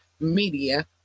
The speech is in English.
Media